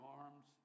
arms